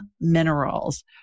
Minerals